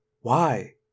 Why